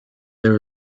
there